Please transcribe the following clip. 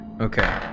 Okay